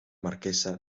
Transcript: marquesa